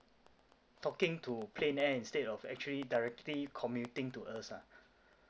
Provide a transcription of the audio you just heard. talking to plain air instead of actually directly communicating to us ah